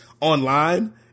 online